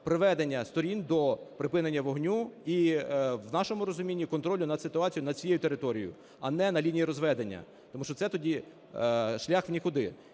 приведення сторін до припинення вогню, і в нашому розумінні - контролю над ситуацією над всією територією, а не на лінії розведення, тому що це тоді шлях в нікуди.